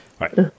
right